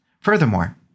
Furthermore